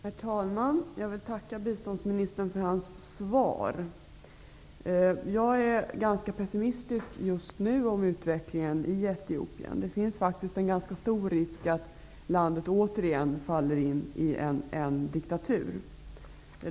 Herr talman! Jag tackar biståndsministern för svaret. Jag är ganska pessimistisk just nu om utvecklingen i Etiopien. Det finns faktiskt en ganska stor risk för att landet återigen faller in i diktatur.